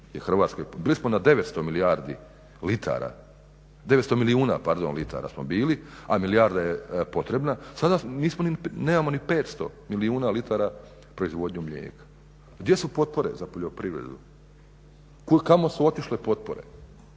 bili smo na 900 milijardi litara. 900 milijuna, pardon, litara smo bili, a milijarda je potrebna, sada nemamo ni 500 milijuna litara proizvodnju mlijeka. Gdje su potpore za poljoprivredu? Kamo su otišle potpore?